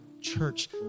church